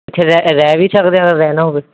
ਇੱਥੇ ਰਹਿ ਰਹਿ ਵੀ ਸਕਦੇ ਹਾਂ ਜੇ ਰਹਿਣਾ ਹੋਵੇ